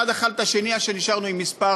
אחד אכל את השני עד שנשארנו עם מספר